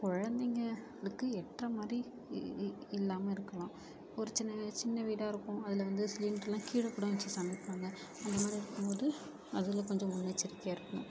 குழந்தைங்களுக்கு எட்டுற மாதிரி இல்லாமல் இருக்கலாம் ஒரு சின்ன சின்ன வீடாக இருக்கும் அதில் வந்து சிலிண்டர்லாம் கீழே கூடம் வச்சு சமைப்பாங்க அந்த மாதிரி இருக்கும் போது அதில் கொஞ்சம் முன்னெச்சரிக்கையாக இருக்கணும்